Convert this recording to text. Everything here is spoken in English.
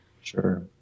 Sure